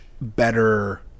better